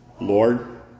Lord